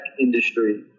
industry